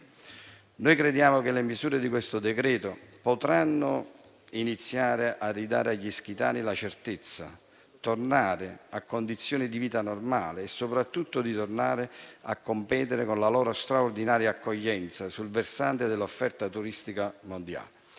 Noi crediamo che le misure di questo decreto-legge potranno iniziare a restituire agli ischitani la certezza di tornare a condizioni di vita normale e soprattutto a competere con la loro straordinaria accoglienza sul versante dell'offerta turistica mondiale.